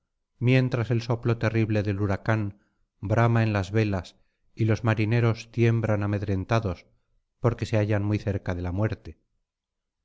mientras el soplo terrible del huracán brama en las velas y los marineros tiemblan amedrentados porque se hallan muy cerca de la muerte